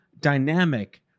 dynamic